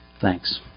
Thanks